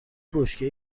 بشکه